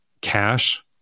cash